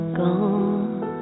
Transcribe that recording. gone